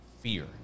fear